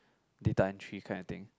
data entry kind of thing